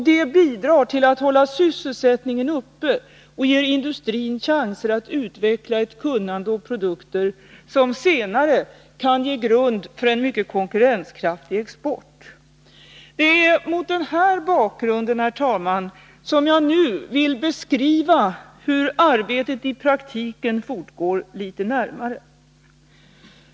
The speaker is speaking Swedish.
Det bidrar till att hålla sysselsättningen uppe och ger industrin chanser att utveckla ett kunnande och produkter som senare kan ge grund för en mycket konkurrenskraftig export. Det är mot den här bakgrunden, herr talman, som jag nu litet närmare vill beskriva hur arbetet i praktiken fortgår.